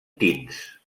tints